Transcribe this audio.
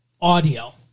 audio